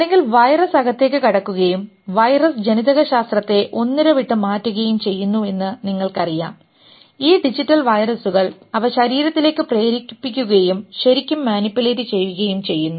അല്ലെങ്കിൽ വൈറസ് അകത്തേക്ക് കടക്കുകയും വൈറസ് ജനിതകശാസ്ത്രത്തെ ഒന്നിടവിട്ട് മാറ്റുകയും ചെയ്യുന്നുവെന്ന് നിങ്ങൾക്കറിയാം ഈ ഡിജിറ്റൽ വൈറസുകൾ അവ ശരീരത്തിലേക്ക് പ്രേരിപ്പിക്കുകയും ശരിക്കും മാനിപുലേറ്റ് ചെയ്യുകയും ചെയ്യുന്നു